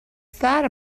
thought